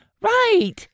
Right